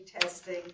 testing